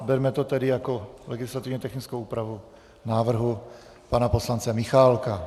Berme to tedy jako legislativně technickou úpravu návrhu pana poslance Michálka.